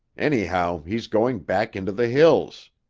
anyhow, he's going back into the hills.